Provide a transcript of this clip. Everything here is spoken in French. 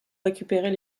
récupérer